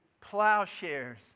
plowshares